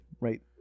Right